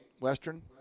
Western